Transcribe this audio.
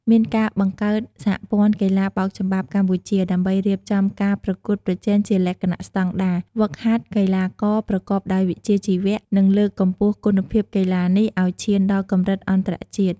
មានការបង្កើតសហព័ន្ធកីឡាបោកចំបាប់កម្ពុជា ដើម្បីរៀបចំការប្រកួតប្រជែងជាលក្ខណៈស្តង់ដារ ហ្វឹកហាត់កីឡាករប្រកបដោយវិជ្ជាជីវៈ និងលើកកម្ពស់គុណភាពកីឡានេះឲ្យឈានដល់កម្រិតអន្តរជាតិ។